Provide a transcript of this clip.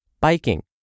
biking